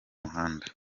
muhanda